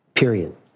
period